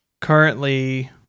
currently